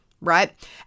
right